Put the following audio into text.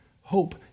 Hope